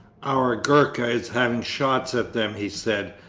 our gurka is having shots at them he said,